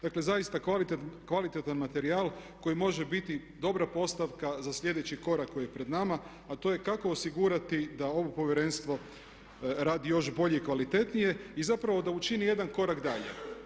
Dakle, zaista kvalitetan materijal koji može biti dobra postavka za sljedeći korak koji je pred nama a to je kako osigurati da ovo Povjerenstvo radi još bolje i kvalitetnije i zapravo da učini jedan korak dalje.